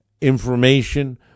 information